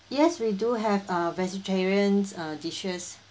yes we do have uh vegetarians uh dishes